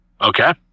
Okay